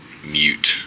mute